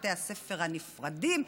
בתי הספר הנפרדים,